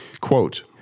Quote